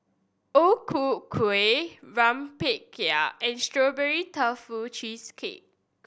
O Ku Kueh rempeyek and Strawberry Tofu Cheesecake